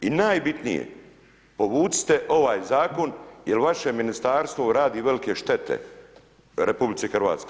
I najbitnije, povucite ovaj zakon jer vaše ministarstvo radi velike štete RH.